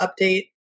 update